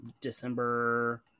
December